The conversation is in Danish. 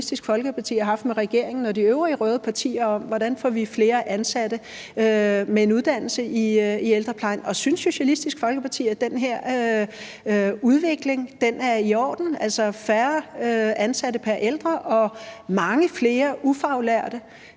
Socialistisk Folkeparti har haft med regeringen og de øvrige røde partier, om, hvordan vi får flere ansatte med en uddannelse i ældreplejen? Og synes Socialistisk Folkeparti, at den her udvikling er i orden, hvor der altså er færre ansatte pr. ældre og mange flere ufaglærte?